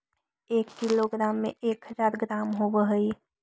एक किलोग्राम में एक हज़ार ग्राम होव हई